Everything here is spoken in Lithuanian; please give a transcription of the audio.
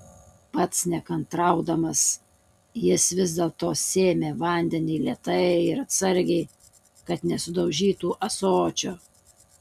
pats nekantraudamas jis vis dėlto sėmė vandenį lėtai ir atsargiai kad nesudaužytų ąsočio